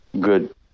good